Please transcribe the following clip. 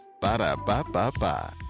Ba-da-ba-ba-ba